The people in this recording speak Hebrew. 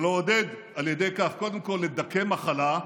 ולעודד על ידי כך קודם כול לדכא מחלה,